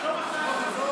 זה לא מה שהיה שם.